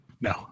No